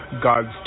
God's